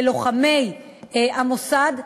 ללוחמי המוסד,